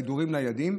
סידור לילדים,